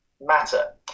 matter